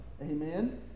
Amen